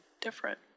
different